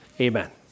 amen